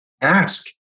ask